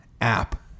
app